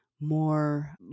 more